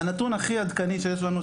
הנתון הכי עדכני שיש לנו,